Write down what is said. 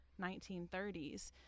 1930s